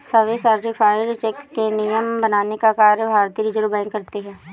सभी certified cheque के नियम बनाने का कार्य भारतीय रिज़र्व बैंक करती है